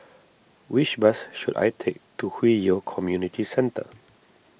which bus should I take to Hwi Yoh Community Centre